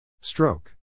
Stroke